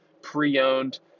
pre-owned